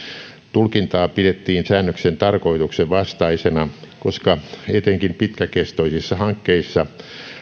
tulkintaa pidettiin säännöksen tarkoituksen vastaisena koska etenkin pitkäkestoisissa hankkeissa